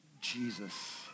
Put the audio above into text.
Jesus